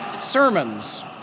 sermons